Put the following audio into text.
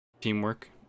teamwork